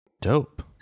Dope